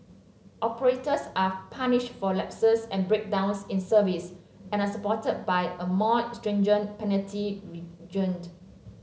operators are punished for lapses and breakdowns in service and supported by a more stringent penalty